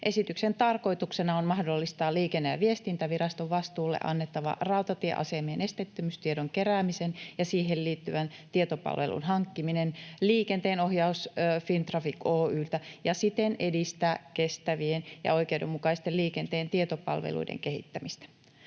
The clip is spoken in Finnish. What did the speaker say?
Esityksen tarkoituksena on mahdollistaa Liikenne- ja viestintäviraston vastuulle annettava rautatieasemien esteettömyystiedon kerääminen ja siihen liittyvän tietopalvelun hankkiminen liikenteenohjaus Fintraffic Oy:ltä ja siten edistää kestävien ja oikeudenmukaisten liikenteen tietopalveluiden kehittämistä.